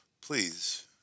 please